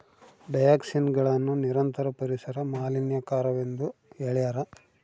ಡಯಾಕ್ಸಿನ್ಗಳನ್ನು ನಿರಂತರ ಪರಿಸರ ಮಾಲಿನ್ಯಕಾರಕವೆಂದು ಹೇಳ್ಯಾರ